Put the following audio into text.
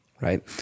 Right